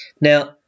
Now